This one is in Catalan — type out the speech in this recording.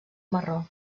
marró